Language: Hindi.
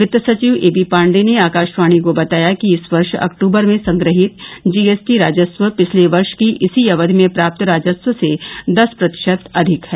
वित्त सचिव ए बी पांडे ने आकाशवाणी को बताया कि इस वर्ष अक्टूबर में संग्रहित जीएसटी राजस्व पिछले वर्ष की इसी अवधि में प्राप्त राजस्व से दस प्रतिशत अधिक है